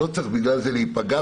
לא צריך בגלל זה להיפגע,